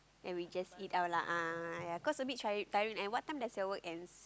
and we just eat out lah ah yea cause a bit try tiring and what time does you work ends